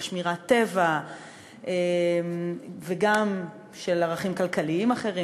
של שמירת טבע וגם של ערכים כלכליים אחרים,